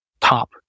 top